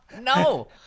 No